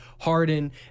Harden